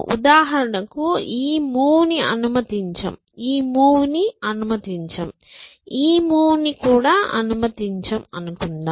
ఉదాహరణకు ఈ మూవ్ని అనుమతించం ఈ మూవ్ ని అనుమతించం ఈ మూవ్ ని అనుమతించం అనుకుందాం